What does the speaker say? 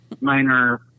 minor